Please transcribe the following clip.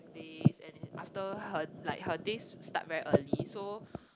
days and after her like days start very early so